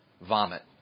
vomit